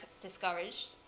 discouraged